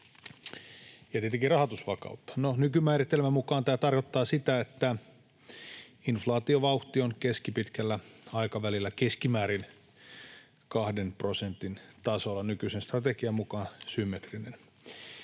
ja tietenkin rahoitusvakautta. Nykymääritelmän mukaan tämä tarkoittaa sitä, että inflaatiovauhti on keskipitkällä aikavälillä keskimäärin kahden prosentin tasolla, nykyisen strategian mukaan symmetrinen.